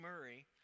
Murray